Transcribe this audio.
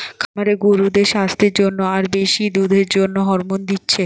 খামারে গরুদের সাস্থের জন্যে আর বেশি দুধের জন্যে হরমোন দিচ্ছে